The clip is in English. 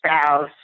spouse